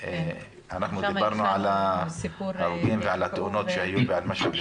אנחנו דיברנו על ההרוגים ועל התאונות שהיו באל-משהאד,